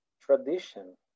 tradition